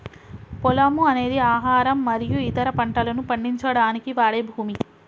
పొలము అనేది ఆహారం మరియు ఇతర పంటలను పండించడానికి వాడే భూమి